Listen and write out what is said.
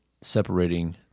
separating